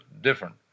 different